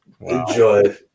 Enjoy